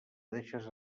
deixes